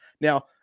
Now